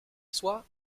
soit